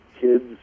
kids